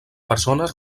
persones